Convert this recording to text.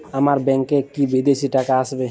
আমার ব্যংকে কি বিদেশি টাকা আসবে?